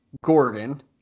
Gordon